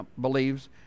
believes